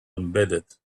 embedded